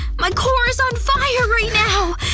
my core is on fire right now!